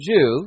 Jew